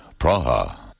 Praha